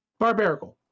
barbarical